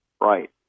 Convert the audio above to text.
Right